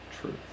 truth